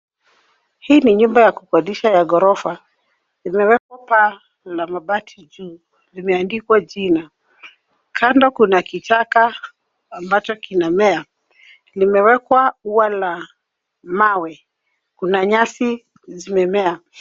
Hii ni nyumba ya kukodisha ya ghorofa. Imewekwa paa la mabati juu. Limeandikwa jina. Kando kuna kichaka ambacho kinamea. Limewekwa ua la mawe. Kuna nyasi zimemea.